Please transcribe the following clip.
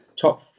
top